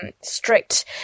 strict